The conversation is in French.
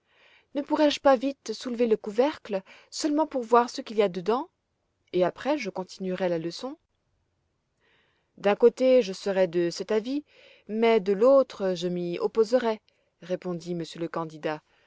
ne pourrais-je pas vite soulever le couvercle seulement pour voir ce qu'il y a dedans et après je continuerai la leçon d'un côté je serais de cet avis mais de l'autre côté je m'y opposerais répondit monsieur le candidat